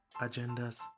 agendas